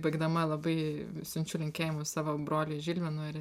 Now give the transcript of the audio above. tuoj baigdama labai siunčiu linkėjimus savo broliui žilvinui ir